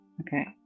Okay